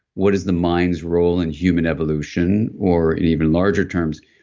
what is the mind's role in human evolution, or in even larger terms,